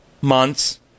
months